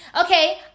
Okay